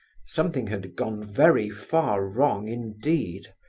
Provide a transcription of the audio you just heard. something had gone very far wrong indeed,